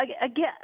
again